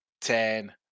Ten